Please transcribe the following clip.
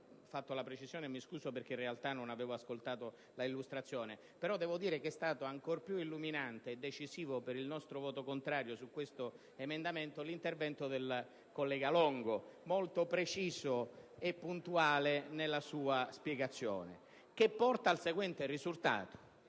mi scuso perché in realtà non avevo ascoltato la sua illustrazione. Tuttavia, devo dire che è stato ancora più illuminante e decisivo per il nostro voto contrario su questo emendamento l'intervento del senatore Longo, molto preciso e puntuale nella sua spiegazione, che porta al seguente risultato: